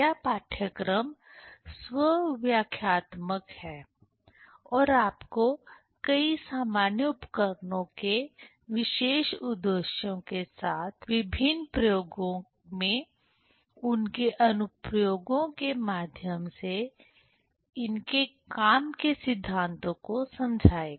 यह पाठ्यक्रम स्व व्याख्यात्मक है और आपको कई सामान्य उपकरणों के विशेष उद्देश्यों के साथ विभिन्न प्रयोगों में उनके अनुप्रयोगों के माध्यम से इनके काम के सिद्धांतों को समझाएगा